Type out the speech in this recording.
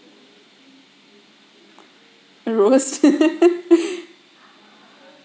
rose